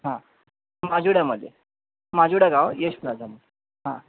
हां माजिवड्यामध्ये माजिवडा गाव यश प्लाझामध्ये हां